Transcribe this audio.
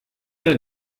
der